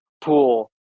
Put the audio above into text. pool